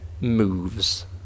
moves